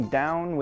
down